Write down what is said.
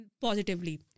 positively